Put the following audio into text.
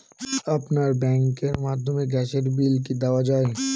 আপনার ব্যাংকের মাধ্যমে গ্যাসের বিল কি দেওয়া য়ায়?